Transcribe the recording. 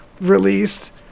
released